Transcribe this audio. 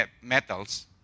metals